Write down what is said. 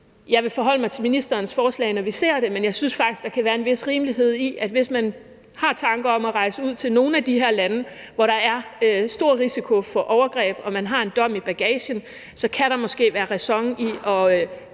Jeg vil forholde mig til ministerens forslag, når vi ser det, men jeg synes faktisk, at der kan være en vis rimelighed og ræson i, at hvis man tænker på at rejse ud til nogle af de her lande, hvor der er stor risiko for overgreb, og man har en dom i bagagen, så kan vi tage passet i de